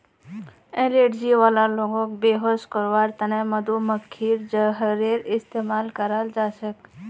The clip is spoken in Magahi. एलर्जी वाला लोगक बेहोश करवार त न मधुमक्खीर जहरेर इस्तमाल कराल जा छेक